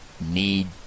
need